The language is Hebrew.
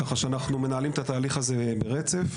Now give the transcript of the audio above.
כך שאנחנו מנהלים את התהליך הזה ברצף.